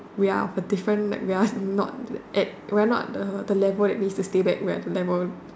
we are of a different like we are not at we are not the the level we use to stay back we are the level